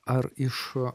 ar iš